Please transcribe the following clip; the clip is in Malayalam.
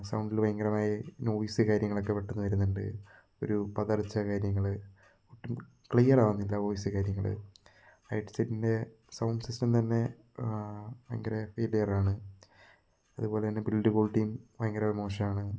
സൗണ്ടില് ഭയങ്കരമായി നോയ്സ് കാര്യങ്ങളൊക്കെ പെട്ടന്ന് വരുന്നുണ്ട് ഒരു പതറിച്ച കാര്യങ്ങള് ക്ലിയർ ആകുന്നില്ല വോയിസ് കാര്യങ്ങള് ഹെഡ്സെറ്റിൻ്റെ സൗണ്ട് സിസ്റ്റം തന്നെ ഭയങ്കര ഫെയിലിയറാണ് അതിൻ്റെ ബിൽഡ് ക്വാളിറ്റിയും ഭയങ്കര മോശം ആണ്